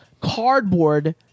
cardboard